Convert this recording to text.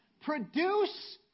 Produce